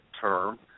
term